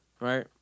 right